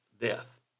death